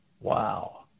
wow